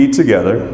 together